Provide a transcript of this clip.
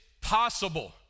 Possible